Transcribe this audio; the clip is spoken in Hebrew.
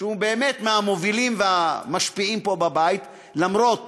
שהוא באמת מהמובילים והמשפיעים פה בבית, למרות